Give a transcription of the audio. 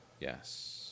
Yes